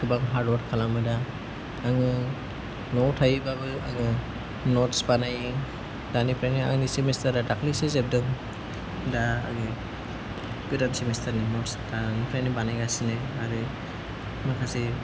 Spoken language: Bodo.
गोबां हार्दवर्क खालामो दा आङो न'आव थायोबाबो आङो नट्स बानायो दानिफ्रायनो आंनि सेमिस्टारा दाख्लैसो जोबदों दा आंनि गोदान सेमिस्टारनि नट्स दानिफ्रायनो बानायगासिनो आरो माखासे